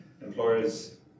employers